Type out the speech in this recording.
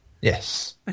yes